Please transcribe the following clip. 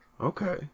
okay